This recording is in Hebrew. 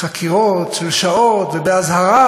חקירות של שעות ובאזהרה?